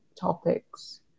topics